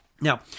Now